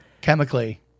chemically